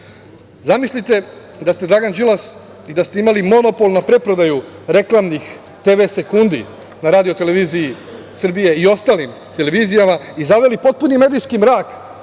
Zamislite da ste Dragan Đilas i da ste imali monopol na pretprodaju reklamnih TV sekundi na RTS i ostalim televizijama i zaveli potpuni medijski mrak